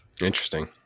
Interesting